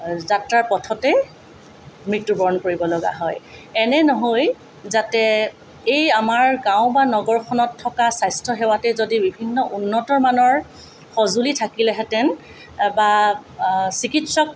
যাত্ৰাৰ পথতেই মৃত্যু বৰণ কৰিবলগা হয় এনে নহৈ যাতে এই আমাৰ গাঁও বা নগৰখনত থকা স্বাস্থ্য সেৱাতে যদি বিভিন্ন উন্নত মানৰ সঁজুলি থাকিলেহেঁতেন বা চিকিৎসক